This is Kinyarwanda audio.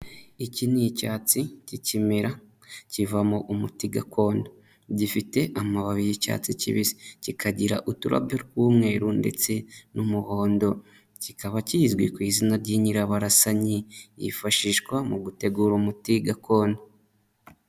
Iki ni icyatsi k'ikimera, kivamo umuti gakondo. Gifite amababi y'icyatsi kibisi. Kikagira uturabyo tw'umweru ndetse n'umuhondo. Kikaba kizwi ku izina ry'inyirabarasanyi, yifashishwa mu gutegura umuti gakondo.